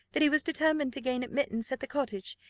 that he was determined to gain admittance at the cottage,